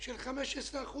של 15%